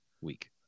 week